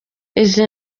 izi